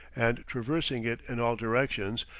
and traversing it in all directions,